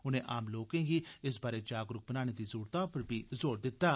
उनें आम लोकें गी इस बारै जागरूक बनाने दी जरूरतै पर बी ज़ोर दित्ता